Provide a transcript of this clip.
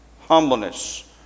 Humbleness